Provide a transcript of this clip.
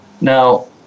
Now